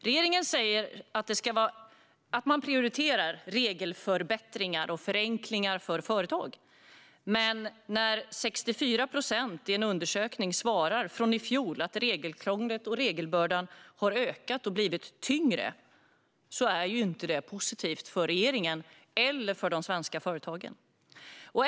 Regeringen säger att man prioriterar regelförbättringar och förenklingar för företag, men när 64 procent i en undersökning från i fjol svarar att regelkrånglet och regelbördan har ökat och blivit tyngre är det inte positivt för regeringen eller för de svenska företagen.